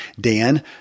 Dan